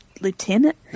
lieutenant